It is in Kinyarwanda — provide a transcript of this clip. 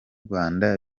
rwanda